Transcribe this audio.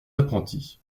apprentis